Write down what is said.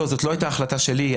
לא, זאת לא הייתה החלטה שלי.